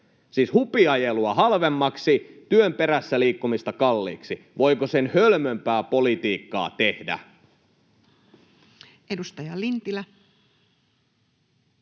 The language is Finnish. hupiajelua halvemmaksi, työn perässä liikkumista kalliiksi. Voiko sen hölmömpää politiikkaa tehdä? Edustaja Lintilä.